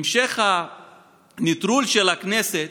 המשך הנטרול של הכנסת